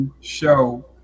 Show